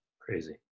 crazy